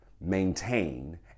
maintain